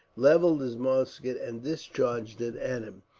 levelled his musket and discharged it at him.